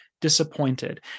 disappointed